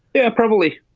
yeah, probably.